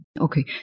Okay